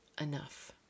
enough